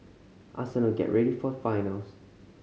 Arsenal get ready for the finals